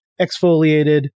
exfoliated